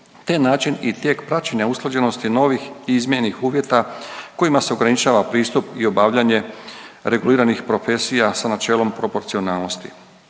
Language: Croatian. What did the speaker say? te način i tijek praćenja usklađenosti novih i izmijenjenih uvjeta kojima se ograničava pristup i obavljanje reguliranih profesija sa načelom proporcionalnosti.